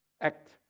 Act